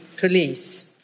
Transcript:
Police